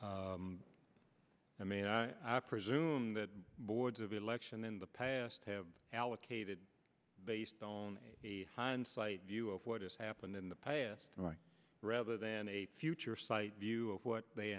because i mean i presume that boards of election in the past have allocated based on a hindsight view of what has happened in the past rather than a future sight view of what they